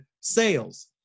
sales